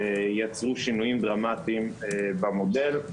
יצרו שינויים דרמטיים במודל.